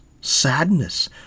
sadness